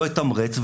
לא יתמרץ,